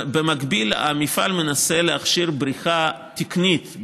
במקביל המפעל מנסה להכשיר בריכה תקנית,